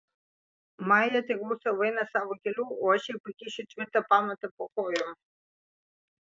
maja tegul sau eina savo keliu o aš jai pakišiu tvirtą pamatą po kojom